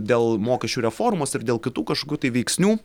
dėl mokesčių reformos ir dėl kitų kažkokių tai veiksnių